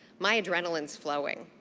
my adrenaline's flowing.